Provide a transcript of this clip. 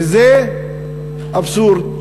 וזה אבסורד.